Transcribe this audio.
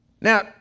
Now